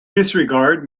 disregard